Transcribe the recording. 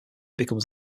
becomes